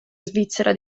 svizzera